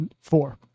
Four